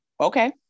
Okay